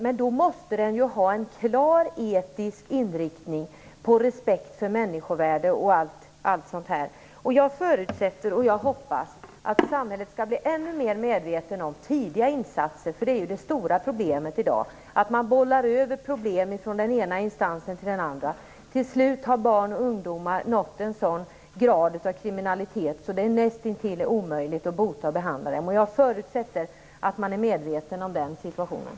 Men då måste den ha en klar etisk inriktning som handlar om respekt för människovärde och sådant. Jag förutsätter och hoppas att samhället skall bli ännu mer medvetet om tidiga insatser. Det stora problemet i dag är att man bollar över problem från den ena instansen till den andra. Till slut har barn och ungdomar nått en sådan grad av kriminalitet att det är nästintill omöjligt att bota och behandla dem. Jag förutsätter att man är medveten om den situationen.